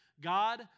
God